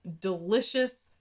delicious